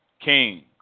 kings